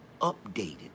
updated